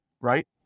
right